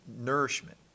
nourishment